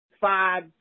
five